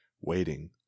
waiting